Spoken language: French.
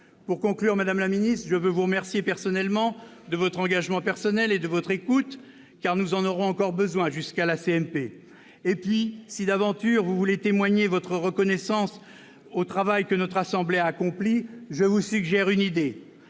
Pour conclure, madame la ministre, je veux vous remercier de votre engagement personnel et de votre écoute, car nous en aurons encore besoin jusqu'à la CMP. Et puis, si, d'aventure, vous voulez témoigner votre reconnaissance pour le travail que notre assemblée a accompli, je vous suggère une idée.